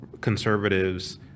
conservatives